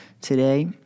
today